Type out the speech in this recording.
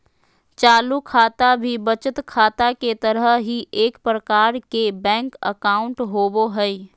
चालू खाता भी बचत खाता के तरह ही एक प्रकार के बैंक अकाउंट होबो हइ